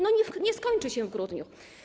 No nie skończy się w grudniu.